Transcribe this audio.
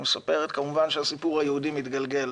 היא מספרת שהסיפור היהודי מתגלגל